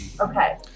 Okay